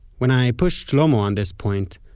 when i pushed shlomo on this point,